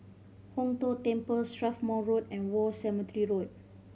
Hong Tho Temple Strathmore Road and War Cemetery Road